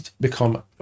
become